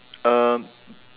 um